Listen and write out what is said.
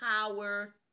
power